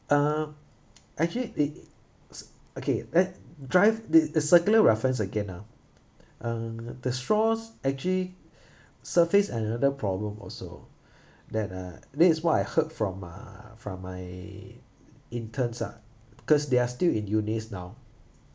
uh actually it's okay let drive t~ the circular reference again ah uh the straws actually surface another problem also that uh this is what I heard from uh from my interns ah cause they are still in unis now